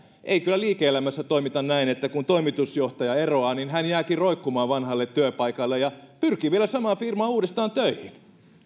ei kyllä liike elämässä toimita näin että kun toimitusjohtaja eroaa niin hän jääkin roikkumaan vanhalle työpaikalle ja pyrkii vielä samaan firmaan uudestaan töihin